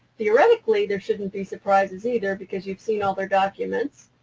theoretically there shouldn't be surprises either because you've seen all their documents.